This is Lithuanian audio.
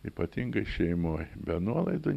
ypatingai šeimoj be nuolaidoj